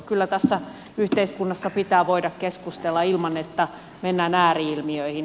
kyllä tässä yhteiskunnassa pitää voida keskustella ilman että mennään ääri ilmiöihin